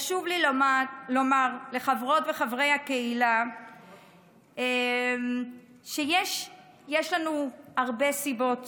חשוב לי לומר לחברות וחברי הקהילה שיש לנו הרבה סיבות